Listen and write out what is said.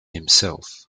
himself